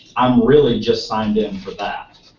i'm really just signed in for that.